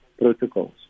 protocols